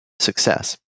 success